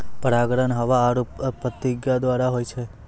परागण हवा आरु फतीगा द्वारा होय छै